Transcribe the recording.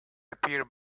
appear